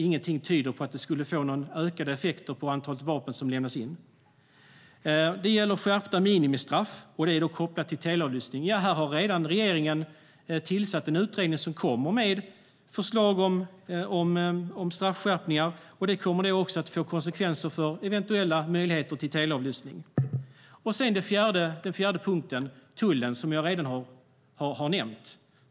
Ingenting tyder på att det skulle få någon ökad effekt när det gäller antalet vapen som lämnas in. Det gäller skärpta minimistraff. Och det är då kopplat till teleavlyssning. Här har regeringen redan tillsatt en utredning som kommer med förslag om straffskärpningar, och det kommer också att få konsekvenser för eventuella möjligheter till teleavlyssning. Den fjärde punkten handlar om tullen, som jag redan har nämnt.